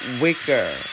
Wicker